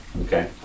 Okay